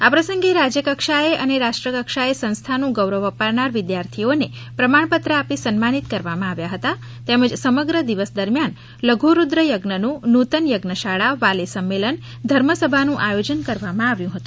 આ પ્રસંગે રાજ્ય કક્ષાએ અને રાષ્ટ્રકક્ષાએ સંસ્થાનું ગૌરવ અપાવનાર વિદ્યાર્થીઓને પ્રમાણપત્ર આપી સન્માનિત કર્યા હતા તેમજ સમગ્ર દિવસ દરમિયાન લધુરૂદ્ર યજ્ઞનુ નૂતન યજ્ઞશાળા વાલી સંમેલન ધર્મ સભાનું પણ આયોજન કરવામાં આવ્યું હતું